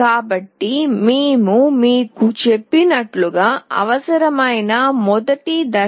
కాబట్టిఏమి చేస్తున్నాం మేము మీకు చెప్పినట్లుగా మనకు అవసరమైన మొదటి దశ